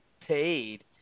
paid